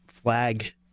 flag